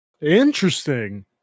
Interesting